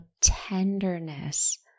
tenderness